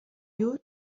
you